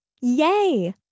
Yay